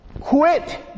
quit